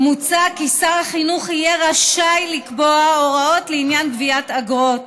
מוצע כי שר החינוך יהיה רשאי לקבוע הוראות לעניין גביית אגרות.